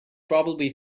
probably